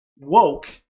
woke